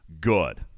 good